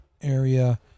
area